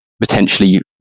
potentially